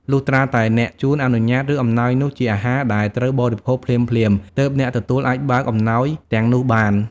លុះត្រាតែអ្នកជូនអនុញ្ញាត ឬអំណោយនោះជាអាហារដែលត្រូវបរិភោគភ្លាមៗ ទើបអ្នកទទួលអាចបើកអំណោយទាំងនោះបាន។